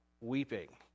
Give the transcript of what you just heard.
weeping